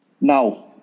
now